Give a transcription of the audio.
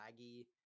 laggy